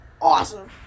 awesome